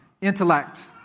intellect